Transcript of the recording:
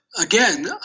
again